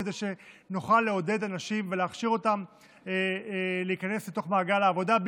כדי שנוכל לעודד אנשים ולהכשיר אותם להיכנס לתוך מעגל העבודה,